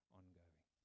ongoing